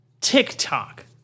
TikTok